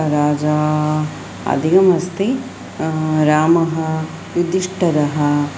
राजा अधिकमस्ति रामः युधिष्ठिरः